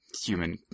human